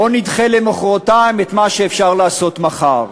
בואו נדחה למחרתיים את מה שאפשר לעשות מחר.